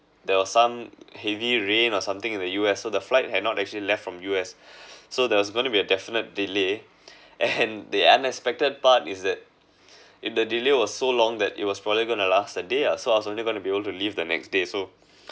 there were some heavy rain or something in the U_S so the flight had not actually left from U_S so there was going to be a definite delay and the unexpected part is that in the delay was so long that it was probably going to last a day ah so I was only going to be able to leave the next day so